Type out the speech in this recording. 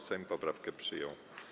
Sejm poprawkę przyjął.